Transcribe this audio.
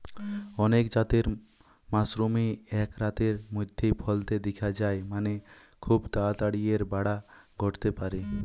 অনেক জাতের মাশরুমই এক রাতের মধ্যেই ফলতে দিখা যায় মানে, খুব তাড়াতাড়ি এর বাড়া ঘটতে পারে